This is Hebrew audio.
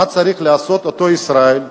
מה צריך לעשות אותו ישראל,